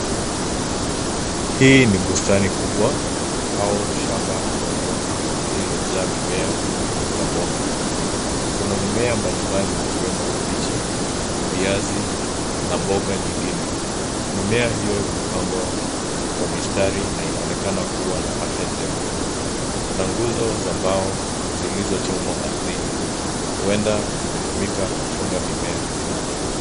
Hii ni bustani kubwa au shamba ndogo lililojaa mimea ya mboga. Kuna mimea mbalimbali ikiwemo kabichi, viazi na mboga nyingine. Mimea hiyo imepangwa kwa mistari na inaonekana kuwa na afya njema. Kuna nguzo za mbao zilizochomwa ardhini, huenda zimetumika kufunga mimea.